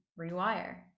rewire